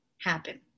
happen